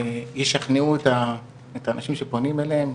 ישכנעו את האנשים שפונים אליהם,